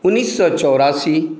उन्नैस सए चौरासी